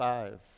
Five